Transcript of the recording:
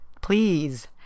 please